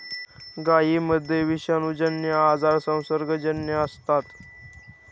गायींमध्ये विषाणूजन्य आजार संसर्गजन्य असतात